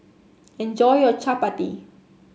enjoy your chappati